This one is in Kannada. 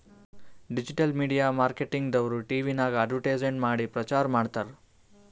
ಡಿಜಿಟಲ್ ಮೀಡಿಯಾ ಮಾರ್ಕೆಟಿಂಗ್ ದವ್ರು ಟಿವಿನಾಗ್ ಅಡ್ವರ್ಟ್ಸ್ಮೇಂಟ್ ಮಾಡಿ ಪ್ರಚಾರ್ ಮಾಡ್ತಾರ್